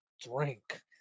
drink